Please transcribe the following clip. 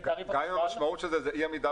גם אם המשמעות של זה היא אי עמידה